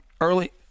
early